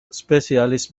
specialist